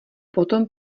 potom